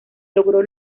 logró